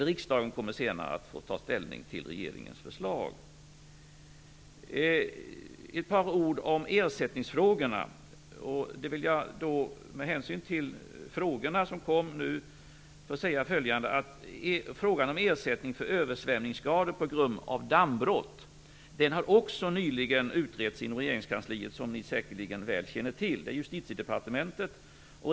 Riksdagen kommer senare att få ta ställning till regeringens förslag. Ett par ord om ersättningsfrågorna: Med anledning av de frågor som nu kom upp vill jag säga att frågan om ersättning för översvämningsskador på grund av dammbrott också nyligen har utretts inom regeringskansliet, i Justitiedepartementet, som ni säkerligen väl känner till.